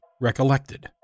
Recollected